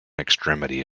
extremity